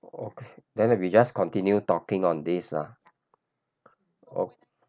okay then we just continue talking on this ah o~